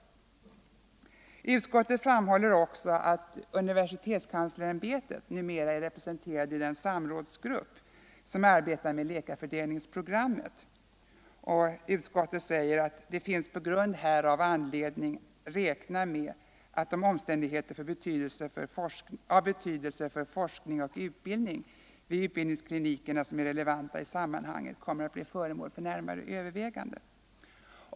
Utskottet framhåller också att universitetskanslersämbetet numera är representerat i den samrådsgrupp som arbetar med läkarfördelningsprogrammet och att det på grund härav finns anledning räkna med att de omständigheter av betydelse för forskning och utbildning vid utbildningsklinikerna som är relevanta i sammanhanget kommer att bli föremål för närmare överväganden.